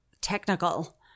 technical